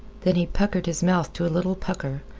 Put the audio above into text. then he puckered his mouth to a little pucker.